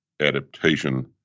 adaptation